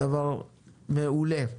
הדבר מעולה.